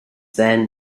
then